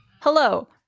hello